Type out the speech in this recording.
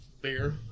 beer